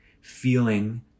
feeling